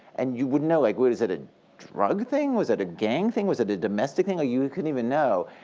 and you wouldn't know. like was it a drug thing? was it a gang thing? was it a domestic thing? you couldn't even know.